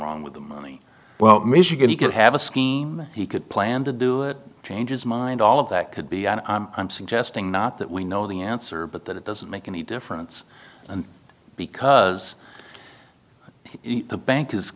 wrong with the money well michigan he could have a scheme he could plan to do it changes mind all of that could be and i'm suggesting not that we know the answer but that it doesn't make any difference and because the bank is